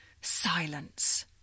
silence